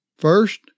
First